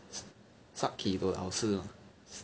satki to 老师